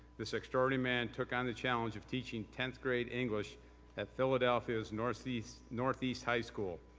this extraordinary man took on the challenge of teaching tenth grade english at philadelphia's northeast northeast high school.